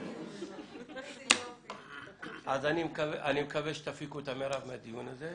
אני מקווה שתפיקו את המרב מהדיון הזה.